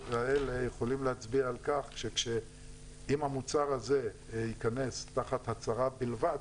האלה יכולים להצביע על כך שאם המוצר הזה ייכנס תחת הצהרה בלבד,